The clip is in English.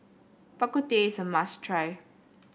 Bak Kut Teh is a must try